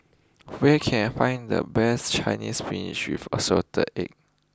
where can I find the best Chinese spinach with assorted eggs